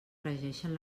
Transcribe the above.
regeixen